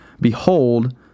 Behold